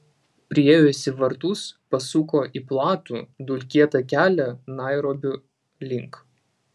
priėjusi vartus pasuko į platų dulkėtą kelią nairobio link